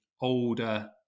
older